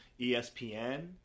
ESPN